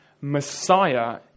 Messiah